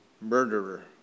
murderer